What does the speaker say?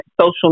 social